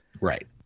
Right